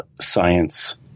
science